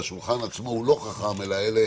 והשולחן עצמו הוא לא חכם אלא אלה